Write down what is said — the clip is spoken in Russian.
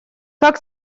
как